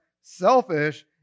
selfish